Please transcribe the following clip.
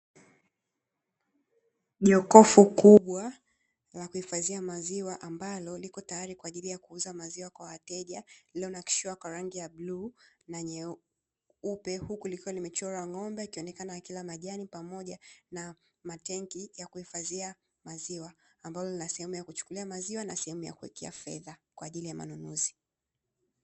Jokofu kubwa la kuhifadhia maziwa ambalo liko tayari kwa ajili ya kuuza maziwa kwa wateja lililo nakshiwa kwa rangi ya bluu na nyeupe, huku likiwa limechorwa ng'ombe akionekana akila majani pamoja na matangi ya kuhifadhia maziwa ambalo lina sehemu ya kuchukulia maziwa na sehemu ya kuwekewa fedha kwa ajili ya manunuzi.